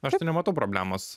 aš tai nematau problemos